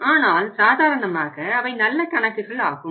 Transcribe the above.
ஆனால் சாதாரணமாக அவை நல்ல கணக்குகள் ஆகும்